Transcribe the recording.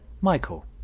Michael